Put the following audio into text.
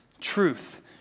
Truth